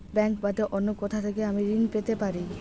Bank বাদে অন্য কোথা থেকে আমি ঋন পেতে পারি?